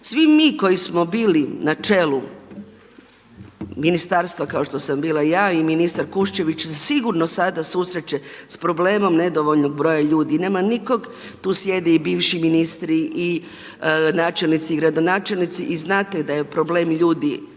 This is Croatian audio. Svi mi koji smo bili na čelu ministarstva kao što sam bila ja i ministar Kuščević, se sigurno sada susreće sa problemom nedovoljnog broja ljudi i nema nikog, tu sjede i bivši ministri i načelnici i gradonačelnici i znate da je problem ljudi